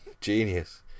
genius